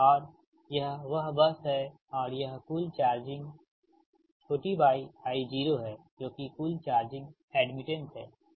और यह वह बस है और यहाँ कुल चार्जिंगyi0 है जो कि कुल चार्जिंग एड्मिटेंस है